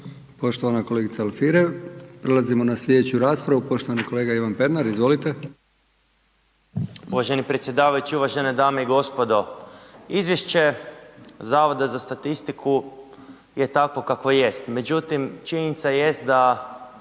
poštovanoj kolegici Alfirev. Prelazimo na sljedeću raspravu poštovani kolega Ivan Pernar. Izvolite. **Pernar, Ivan (Nezavisni)** Uvaženi predsjedavajući, uvažene dame i gospodo. Izvješće Zavoda za statistiku je takvo kakvo jest, međutim činjenica jest da